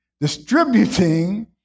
Distributing